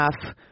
enough